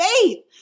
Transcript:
faith